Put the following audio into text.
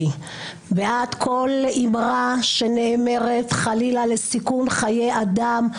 בעד כל אמרה שנאמרת חלילה לסיכון חיי אדם,